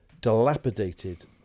dilapidated